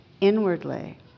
inwardly